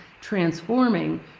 transforming